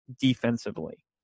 defensively